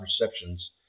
receptions